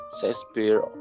Shakespeare